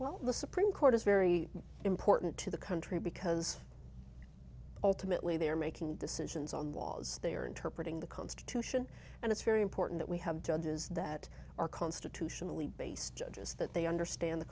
well the supreme court is very important to the country because ultimately they are making decisions on laws they are interpreting the constitution and it's very important that we have judges that are constitutionally based judges that they understand the